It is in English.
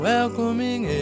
Welcoming